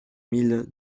mille